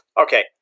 Okay